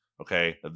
okay